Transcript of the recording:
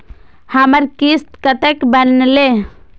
हमर किस्त कतैक बनले?